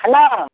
hello